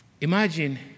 Imagine